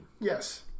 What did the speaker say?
Yes